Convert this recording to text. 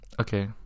okay